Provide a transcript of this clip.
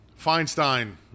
Feinstein